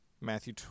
Matthew